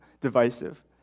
divisive